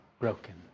broken